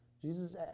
Jesus